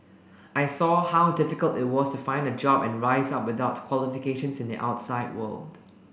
I saw how difficult it was to find a job and rise up without qualifications in the outside world